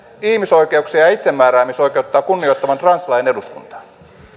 ihmisoikeuksia ja itsemääräämisoikeutta kunnioittavan translain eduskuntaan